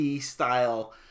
style